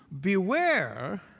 beware